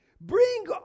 Bring